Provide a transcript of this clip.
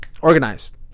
Organized